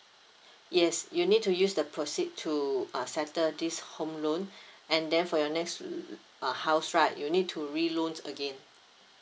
yes you need to use the proceed to uh settle this home loan and then for your next house right you need to re loans again